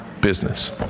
business